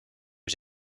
was